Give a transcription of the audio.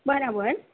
બરાબર